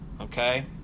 Okay